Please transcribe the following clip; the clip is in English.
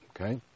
Okay